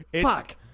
Fuck